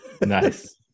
nice